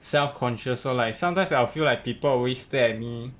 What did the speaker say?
self conscious so like sometimes I will feel like people always stare at me